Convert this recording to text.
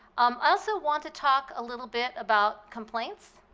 um also want to talk a little bit about complaints.